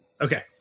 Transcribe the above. Okay